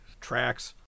tracks